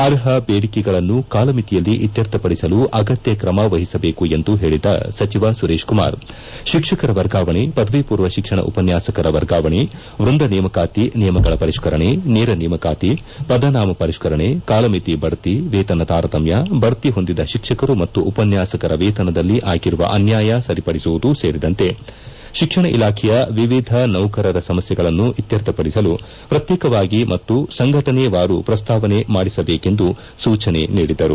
ಅರ್ಹ ಬೇಡಿಕೆಗಳನ್ನು ಕಾಲಮಿತಿಯಲ್ಲಿ ಇತ್ಕರ್ಥಪಡಿಸಲು ಅಗತ್ಕ ತ್ರಮ ವಹಿಸಬೇಕೆಂದು ಹೇಳಿದ ಸಚಿವ ಸುರೇಶಕುಮಾರ್ ಶಿಕ್ಷಕರ ವರ್ಗಾವಣೆ ಪದವಿಪೂರ್ವ ಶಿಕ್ಷಣ ಉಪನ್ಯಾಸಕರ ವರ್ಗಾವಣೆ ವ್ಯಂದ ನೇಮಕಾತಿ ನಿಯಮಗಳ ಪರಿಷ್ಟರಣೆ ನೇರ ನೇಮಕಾಪಿ ಪದನಾಮ ಪರಿಷ್ಟರಣೆ ಕಾಲಮಿತಿ ಬಡ್ತಿ ವೇತನ ತಾರತಮ್ಯ ಬಡ್ತಿ ಹೊಂದಿದ ಶಿಕ್ಷಕರು ಮತ್ತು ಉಪನ್ಯಾಸಕರ ವೇತನದಲ್ಲಿ ಆಗಿರುವ ಅನ್ಯಾಯ ಸರಿಪಡಿಸುವುದು ಸೇರಿದಂತೆ ಶಿಕ್ಷಣ ಇಲಾಖೆಯ ವಿವಿಧ ನೌಕರರ ಸಮಸ್ಥೆಗಳನ್ನು ಇತ್ತರ್ಥಪಡಿಸಲು ಪ್ರಕ್ಶೇಕವಾಗಿ ಮತ್ತು ಸಂಘಟನೆವಾರು ಪ್ರಸ್ತಾವನೆ ಮಂಡಿಸಬೇಕೆಂದು ಸೂಚನೆ ನೀಡಿದರು